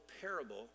parable